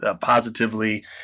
positively